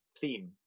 theme